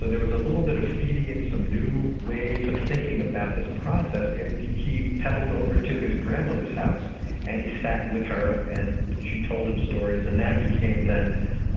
so there was a little bit of feeding in some new ways of thinking about this process and he peddled over to his grandmother's house and he sat with her and she told him stories and that became then